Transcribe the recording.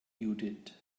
judith